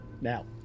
Now